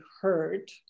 heard